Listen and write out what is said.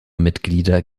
mitglieder